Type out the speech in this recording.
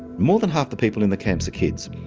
more than half the people in the camps are kids.